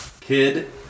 Kid